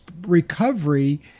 recovery